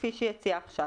כפי שהציעה עכשיו